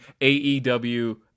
aew